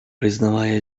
признавая